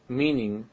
meaning